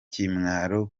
ikimwaro